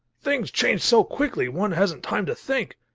things change so quickly one hasn't time to think.